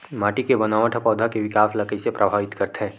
माटी के बनावट हा पौधा के विकास ला कइसे प्रभावित करथे?